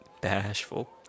bashful